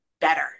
better